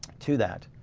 to that.